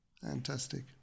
fantastic